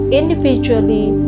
individually